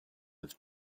have